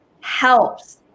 helps